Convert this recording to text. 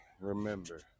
remember